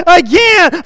again